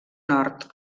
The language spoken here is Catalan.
nord